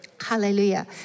Hallelujah